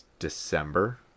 december